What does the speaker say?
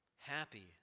Happy